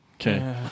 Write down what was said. Okay